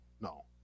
no